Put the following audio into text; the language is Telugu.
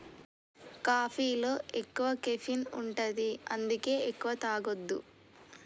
కాఫీలో ఎక్కువ కెఫీన్ ఉంటది అందుకే ఎక్కువ తాగొద్దు